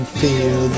feel